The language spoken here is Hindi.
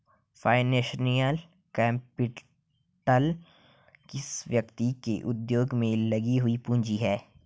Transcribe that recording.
फाइनेंशियल कैपिटल किसी व्यक्ति के उद्योग में लगी हुई पूंजी है